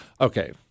Okay